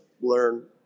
learn